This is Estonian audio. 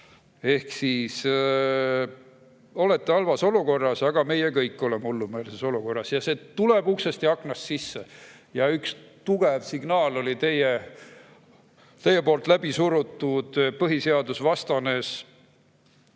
Ehk siis olete halvas olukorras. Meie kõik oleme hullumeelses olukorras. See tuleb uksest ja aknast sisse. Üks tugev signaal oli teie poolt läbisurutud põhiseadusvastane